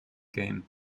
game